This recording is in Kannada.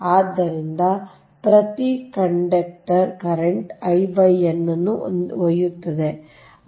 ಆದ್ದರಿಂದ ಪ್ರತಿ ಕಂಡಕ್ಟರ್ ಕರೆಂಟ್ I n ಅನ್ನು ಒಯ್ಯುತ್ತದೆ